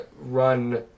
run